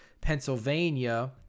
Pennsylvania